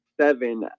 seven